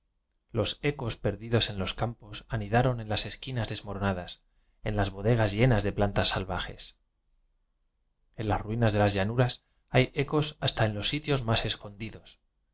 los ecos perdidos en los campos anida ron en las esquinas desmoronadas en las bodegas llenas de plantas salvajes en las ruinas de las llanuras hay ecos hasta en los sitios más escondidos